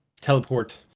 Teleport